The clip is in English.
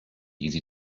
easy